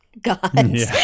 gods